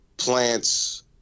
Plants